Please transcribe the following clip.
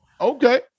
okay